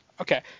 Okay